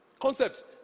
concepts